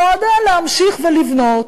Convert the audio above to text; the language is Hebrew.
שנועדה להמשיך ולבנות